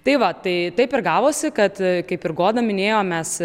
tai va tai taip ir gavosi kad kaip ir goda minėjo mes